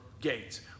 gates